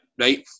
right